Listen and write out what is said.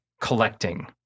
collecting